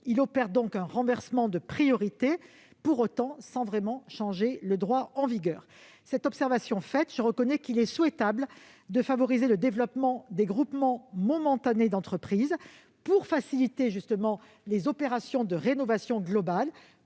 Ils opèrent donc un renversement de priorité sans véritablement changer le droit en vigueur. Cette observation faite, je reconnais qu'il est souhaitable de favoriser le développement des groupements momentanés d'entreprises pour faciliter les opérations de rénovation globale